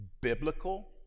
biblical